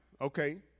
okay